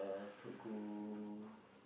uh go